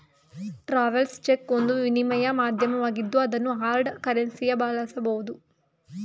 travels check ಒಂದು ವಿನಿಮಯ ಮಾಧ್ಯಮವಾಗಿದ್ದು ಅದನ್ನು ಹಾರ್ಡ್ ಕರೆನ್ಸಿಯ ಬಳಸಬಹುದು